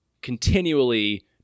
continually